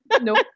Nope